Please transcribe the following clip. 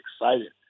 excited